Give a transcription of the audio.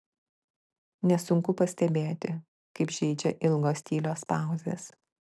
nesunku pastebėti kaip žeidžia ilgos tylios pauzės